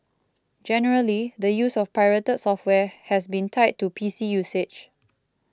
generally the use of pirated software has been tied to P C usage